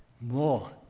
more